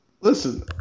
Listen